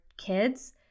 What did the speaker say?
kids